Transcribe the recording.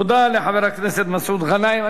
תודה לחבר הכנסת מסעוד גנאים.